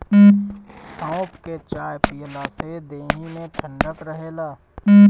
सौंफ के चाय पियला से देहि में ठंडक रहेला